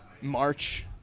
March